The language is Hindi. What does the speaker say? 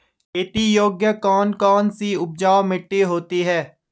खेती योग्य कौन कौन सी उपजाऊ मिट्टी होती है?